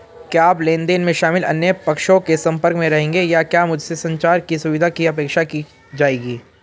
क्या आप लेन देन में शामिल अन्य पक्षों के संपर्क में रहेंगे या क्या मुझसे संचार की सुविधा की अपेक्षा की जाएगी?